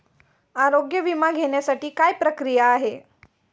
आरोग्य विमा घेण्यासाठी काय प्रक्रिया आहे?